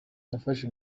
nafashe